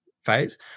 phase